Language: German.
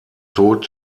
tod